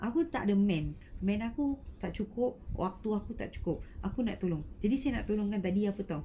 aku tak ada man man aku tak cukup waktu aku tak cukup aku nak tolong jadi saya nak tolongkan tadi apa [tau]